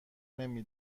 نمی